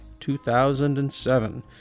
2007